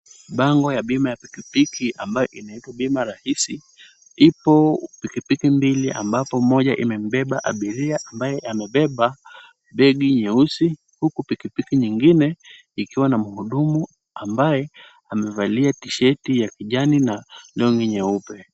Bango ya bima ya pikipiki ambayo inaitwa Bima Rahisi, ipo pikipiki mbili ambapo moja imembeba abiria ambaye amebeba begi nyeusi huku pikipiki nyingine ikiwa na mhudumu ambaye amevalia tisheti ya kijani na long'i nyeupe.